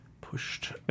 Pushed